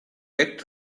back